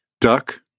Duck